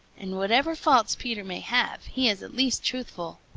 and whatever faults peter may have, he is at least truthful.